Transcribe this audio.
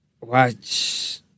watch